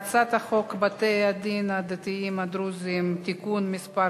ההצעה להעביר את הצעת חוק בתי-הדין הדתיים הדרוזיים (תיקון מס'